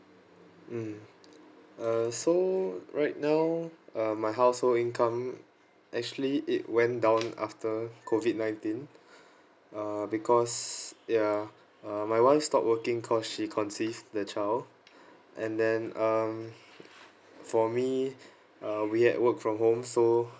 mm uh so right now uh my household income actually it went down after COVID nineteen uh because yeah uh my wife stop working cause she conceived the child and then um for me uh we had work from home so